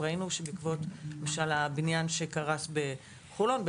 ראינו שבעקבות הבניין שקרס בחולון,